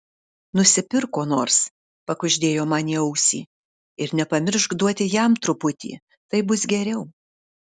nusipirk ko nors pakuždėjo man į ausį ir nepamiršk duoti jam truputį taip bus geriau